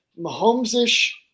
Mahomes-ish